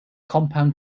compound